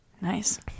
Nice